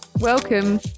Welcome